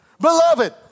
beloved